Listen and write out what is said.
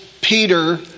Peter